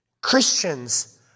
Christians